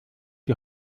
die